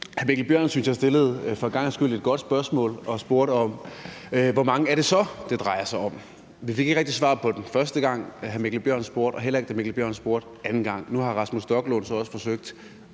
hr. Mikkel Bjørn for en gangs skyld stillede et godt spørgsmål. Han spurgte: Hvor mange er det så, det drejer sig om? Vi fik ikke rigtig svar på det, første gang hr. Mikkel Bjørn spurgte, og heller ikke, da hr. Mikkel Bjørn spurgte anden gang. Nu har hr. Rasmus Stoklund så også forsøgt